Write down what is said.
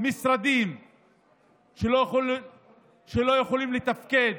משרדים לא יכולים לתפקד